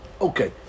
Okay